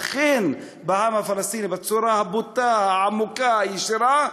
אכן בעם הפלסטיני בצורה הבוטה, העמוקה, הישירה,